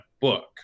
book